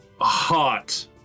hot